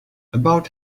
about